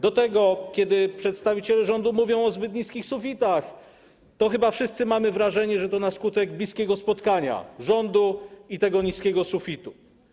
Do tego kiedy przedstawiciele rządu mówią o zbyt niskich sufitach, to chyba wszyscy mamy wrażenie, że to na skutek bliskiego spotkania rządu i tego niskiego sufitu.